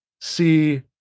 see